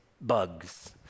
bugs